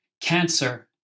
cancer